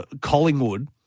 Collingwood